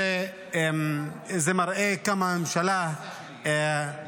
זה מראה כמה הממשלה מטפלת